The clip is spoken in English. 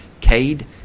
Cade